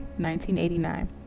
1989